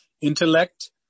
intellect